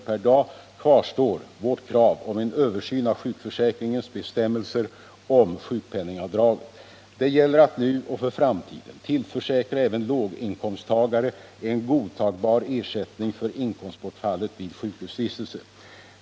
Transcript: per dag, kvarstår vårt krav på en översyn av sjukförsäkringens bestämmelser om sjukpenningavdraget. Det gäller att nu och för framtiden tillförsäkra även låginkomsttagare en godtagbar ersättning för inkomstbortfallet vid sjukhusvistelse.